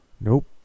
Nope